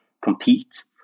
compete